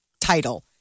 title